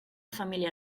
família